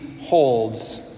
holds